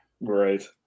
Right